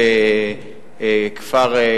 וכפר,